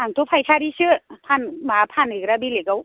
आंथ' फाइखारिसो फान मा फानहैग्रा बेलेकआव